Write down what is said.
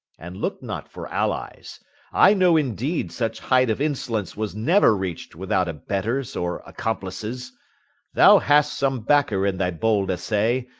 and look not for allies i know indeed such height of insolence was never reached without abettors or accomplices thou hast some backer in thy bold essay,